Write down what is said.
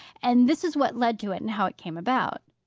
and this is what led to it, and how it came about.